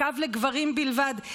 הקו לגברים בלבד,